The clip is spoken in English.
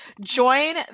join